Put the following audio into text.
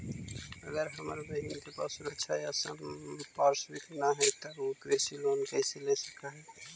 अगर हमर बहिन के पास सुरक्षा या संपार्श्विक ना हई त उ कृषि लोन कईसे ले सक हई?